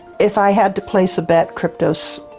if i had to place a bet, kryptos,